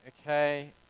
okay